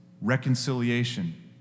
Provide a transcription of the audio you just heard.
reconciliation